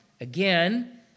again